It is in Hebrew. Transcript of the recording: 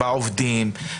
בעובדים,